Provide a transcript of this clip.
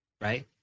right